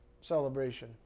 celebration